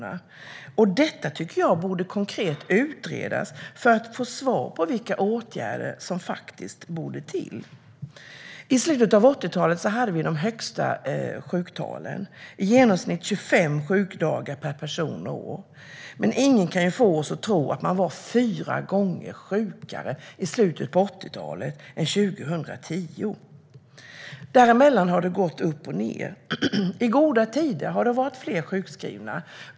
Detta borde, tycker jag, konkret utredas för att vi ska få svar på vilka åtgärder som faktiskt borde till. I slutet av 80-talet hade vi de högsta sjuktalen: i genomsnitt 25 sjukdagar per person och år. Men ingen kan få oss att tro att man var fyra gånger sjukare i slutet av 80-talet än 2010. Därefter har det gått upp och ned. I goda tider har fler varit sjukskrivna.